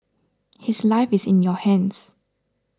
his life is in your hands